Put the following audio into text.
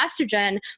estrogen